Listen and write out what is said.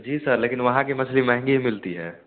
जी sir लेकिन वहाँ की मछली महँगी मिलती है